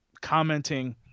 commenting